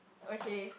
okay